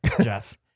Jeff